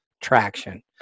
traction